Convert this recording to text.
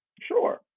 sure